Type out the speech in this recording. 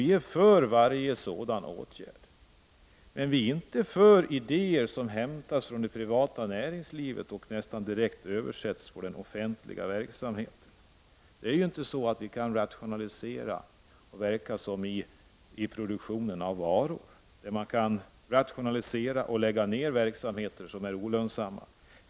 Vi är för varje åtgärd som syftar till detta, men vi är inte för idéer som hämtas från det privata näringslivet och nästan direkt överförs på den offentliga verksamheten. Offentlig verksamhet kan ju inte rationaliseras på samma sätt som produktionen av varor, där man kan lägga ner verksamheter som är olönsamma.